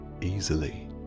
easily